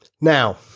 Now